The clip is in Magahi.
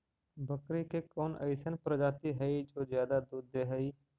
बकरी के कौन अइसन प्रजाति हई जो ज्यादा दूध दे हई?